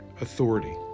Authority